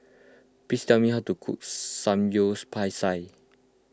please tell me how to cook Samgyeopsal